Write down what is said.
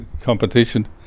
competition